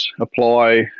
apply